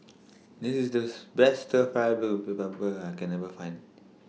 This IS The Best Fried Beef with Black Pepper that I Can Find